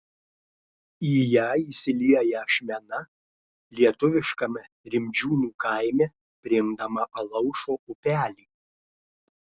į ją įsilieja ašmena lietuviškame rimdžiūnų kaime priimdama alaušo upelį